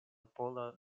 pola